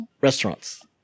restaurants